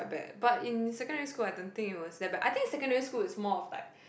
bad but in secondary school I don't think it was that bad I think secondary school is more of like